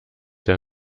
der